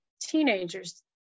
teenagers